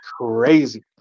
crazy